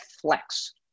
Flex